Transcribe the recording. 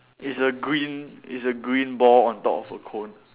it's a green it's a green ball on top of a cone